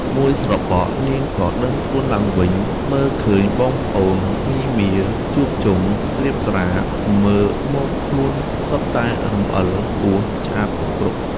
មួយស្របក់ នាងក៏ដឹងខ្លួនឡើងវិញ មើលឃើញបងប្អូនមាមីងជួបជុំត្រៀបត្រា មើលមក ខ្លួនឯងសុទ្ធតែរំអិលពស់ឆ្អាបគគ្រុក។